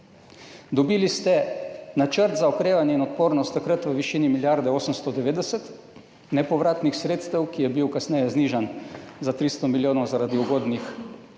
Dobili ste Načrt za okrevanje in odpornost takrat v višini milijarde 890 nepovratnih sredstev, ki je bil kasneje znižan za 300 milijonov zaradi ugodnih